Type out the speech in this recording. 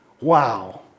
wow